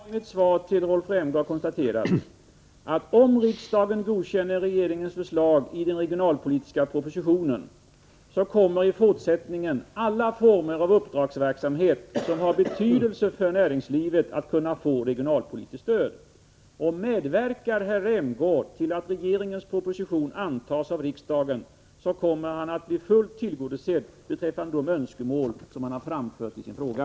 Herr talman! Jag har i mitt svar till Rolf Rämgård konstaterat att om riksdagen godkänner regeringens förslag i den regionalpolitiska propositionen, så kommer i fortsättningen alla former av uppdragsverksamhet, som har betydelse för näringslivet, att kunna få regionalpolitiskt stöd. Och medverkar herr Rämgård till att regeringens proposition antas av riksdagen, så kommer han att bli fullt tillgodosedd beträffande de önskemål som han framfört i sin fråga.